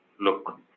look